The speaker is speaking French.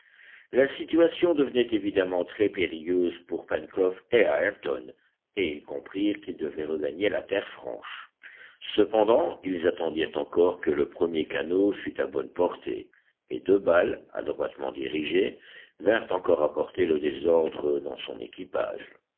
la situation devenait évidemment très périlleuse pour pencroff et ayrton et ils comprirent qu'ils devaient regagner la terre franche cependant ils attendirent encore que le premier canot fût à bonne portée et deux balles adroitement dirigées vinrent encore apporter le désordre dans son équipage